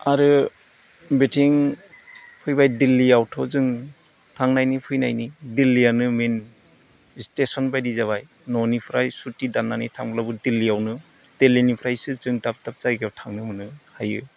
आरो बिथिं फैबाय दिल्लियावथ' जों थांनायनि फैनायनि दिल्लियानो मेन स्टेशन बायदि जाबाय न'निफ्राय सुति दाननानै थांब्लाबो दिल्लियावनो दिल्लिनिफ्रायसो जों दाब दाब जायगायाव थांनो मोनो हायो